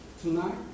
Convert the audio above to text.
Tonight